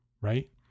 right